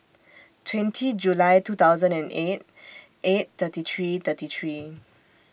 twenty July two thousand and eight eight thirty three thirty three